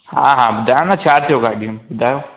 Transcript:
हा हा ॿुधायो न छा थियो गाॾीअ में ॿुधायो